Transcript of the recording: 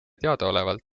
teadaolevalt